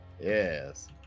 Yes